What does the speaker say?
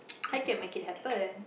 I can make it happen